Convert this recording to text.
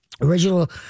Original